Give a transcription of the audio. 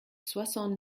soixante